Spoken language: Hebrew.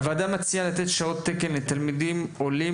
הוועדה מציעה לתת שעות תקן לתלמידים עולים